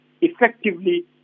effectively